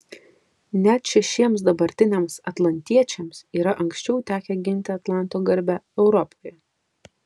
net šešiems dabartiniams atlantiečiams yra anksčiau tekę ginti atlanto garbę europoje